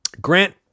Grant